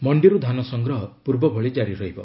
ମଣ୍ଡିରୁ ଧାନ ସଂଗ୍ରହ ପୂର୍ବ ଭଳି ଜାରି ରହିବ